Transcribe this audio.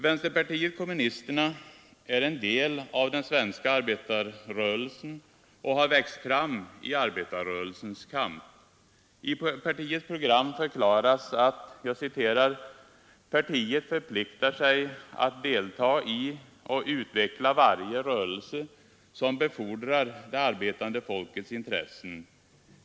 Vänsterpartiet kommunisterna är en del av den svenska arbetarrörelsen och har växt fram i arbetarrörelsens kamp. I partiets program förklaras: ”Partiet förpliktar sig att delta i och utveckla varje rörelse, som befordrar det arbetande folkets intressen.